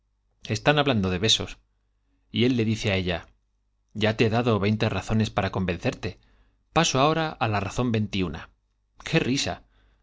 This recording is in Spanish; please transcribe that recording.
están hablando de besos y él le dice á ella ya te he dado veinte razones para convencerte paso ahora á la razón veintiuna i qué risa